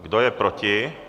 Kdo je proti?